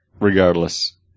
Regardless